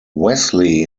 wesley